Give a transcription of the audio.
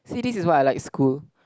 see this is why I like school